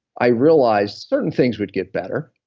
i realized certain things would get better,